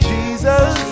Jesus